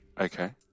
Okay